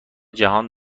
جهان